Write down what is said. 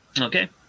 Okay